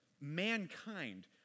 mankind